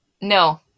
no